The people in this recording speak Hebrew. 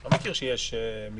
אני לא מכיר שיש מגבלה